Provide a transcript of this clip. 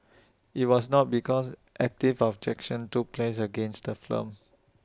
IT was not because active objection took place against the film